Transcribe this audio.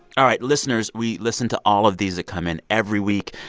all right, listeners, we listen to all of these that come in every week.